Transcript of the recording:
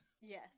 Yes